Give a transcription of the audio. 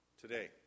today